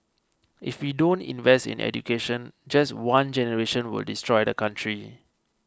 if we don't invest in education just one generation would destroy the country